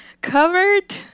covered